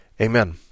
amen